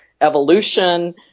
evolution